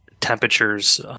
temperatures